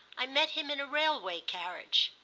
i met him in a railway-carriage.